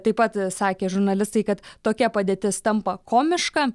taip pat sakė žurnalistai kad tokia padėtis tampa komiška